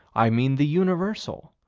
i mean the universal,